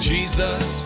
Jesus